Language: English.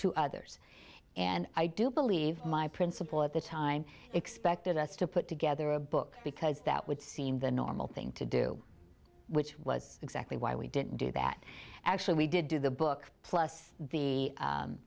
to others and i do believe my principal at the time expected us to put together a book because that would seem the normal thing to do which was exactly why we didn't do that actually we did do the book plus the